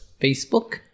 Facebook